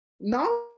now